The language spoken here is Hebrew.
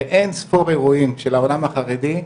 מאין ספור אירועים של העולם החרדי,